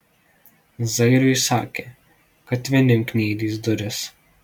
zairiui sakė kad vinim kniedys duris